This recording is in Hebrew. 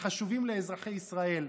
שחשובים לאזרחי ישראל,